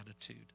attitude